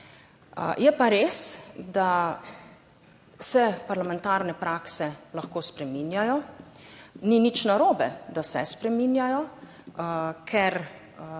Je pa res, da se parlamentarne prakse lahko spreminjajo, ni nič narobe, da se spreminjajo, ker